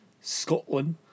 Scotland